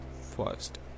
first